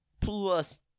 Plus